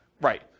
Right